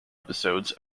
episodes